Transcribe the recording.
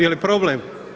Je li problem?